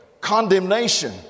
condemnation